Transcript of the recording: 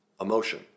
emotion